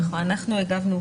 נכון, אנחנו הגבנו.